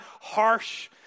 harsh